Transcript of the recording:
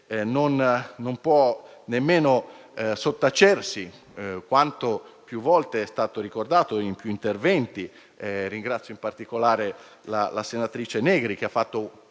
non può nemmeno sottacersi quanto è stato ricordato in più interventi. Ringrazio in particolare la senatrice Negri che ha fatto